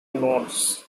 modes